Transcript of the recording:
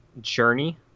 Journey